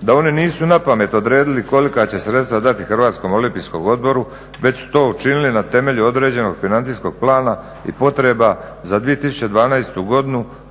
da oni nisu napamet odredili kolika će sredstva dati Hrvatskom olimpijskom odboru već su to učinili na temelju određenog financijskog plana i potreba za 2012. godinu